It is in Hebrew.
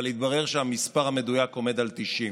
אבל התברר שהמספר המדויק עומד על 90,